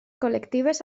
col·lectives